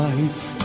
Life